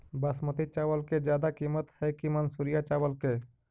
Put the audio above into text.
बासमती चावल के ज्यादा किमत है कि मनसुरिया चावल के?